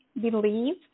believe